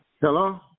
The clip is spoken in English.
Hello